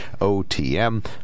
OTM